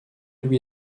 lui